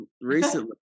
recently